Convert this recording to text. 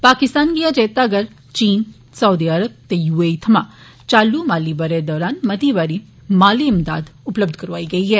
पाकिस्तान गी अजें तगर चीन सऊदी अरब ते यूएई थमां चालू माली ब'रे दरान मती बारी इमदाद उपलब्ध करोआई गेई ऐ